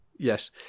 yes